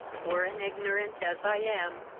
poor and ignorant as i am,